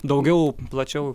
daugiau plačiau